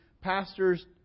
pastors